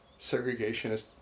segregationist